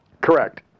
Correct